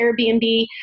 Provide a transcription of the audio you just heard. Airbnb